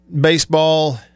baseball